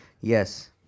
Yes